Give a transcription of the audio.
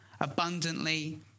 abundantly